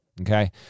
okay